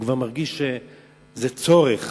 הוא מרגיש שזה צורך